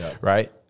right